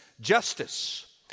justice